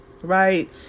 Right